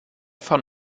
von